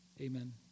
amen